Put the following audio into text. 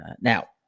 Now